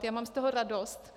Já mám z toho radost.